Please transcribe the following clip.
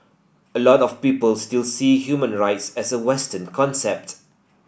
a lot of people still see human rights as a western concept